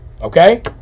okay